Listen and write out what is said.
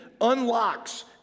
unlocks